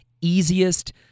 easiest